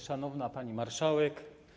Szanowna Pani Marszałek!